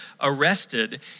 arrested